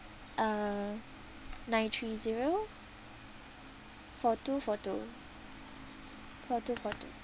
uh nine three zero four two four two four two four two